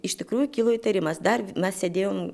iš tikrųjų kilo įtarimas dar mes sėdėjom